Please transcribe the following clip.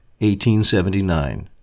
1879